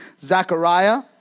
Zechariah